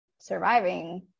surviving